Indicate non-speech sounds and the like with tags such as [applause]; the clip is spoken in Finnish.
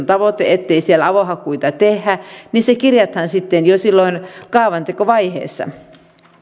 [unintelligible] tavoite ettei siellä avohakkuita tehdä niin se kirjataan jo silloin kaavantekovaiheessa